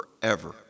forever